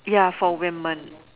ya for women